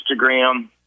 Instagram